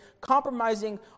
compromising